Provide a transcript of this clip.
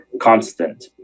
constant